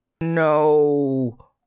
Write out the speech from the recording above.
No